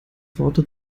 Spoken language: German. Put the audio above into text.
worte